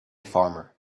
farmer